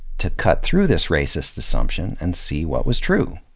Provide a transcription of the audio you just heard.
to cut through this racist assumption and see what was true,